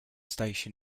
station